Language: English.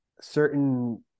certain